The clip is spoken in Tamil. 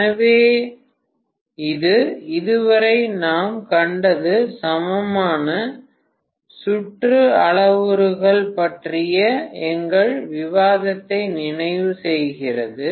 எனவே இது இதுவரை நாம் கண்டது சமமான சுற்று அளவுருக்கள் பற்றிய எங்கள் விவாதத்தை நிறைவு செய்கிறது